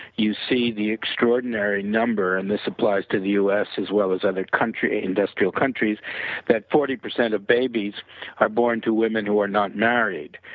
see the extraordinary number and this applies to the us as well as other country, industrial countries that forty percent of babies are born to women who are not married,